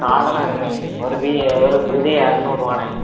காடையெல்லாம் இருக்கணே ஒரு பி ஒரு இது இரநூறுவாணே